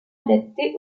adapté